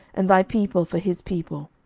and thy people for his people.